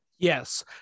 yes